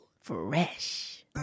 Fresh